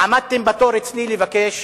עמדתם בתור אצלי לבקש